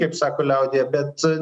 kaip sako liaudyje bet